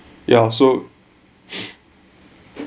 ya so